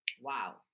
Wow